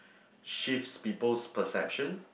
shifts people's perception